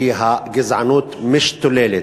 כי הגזענות משתוללת.